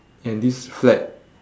and this flag